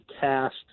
cast